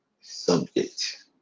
subject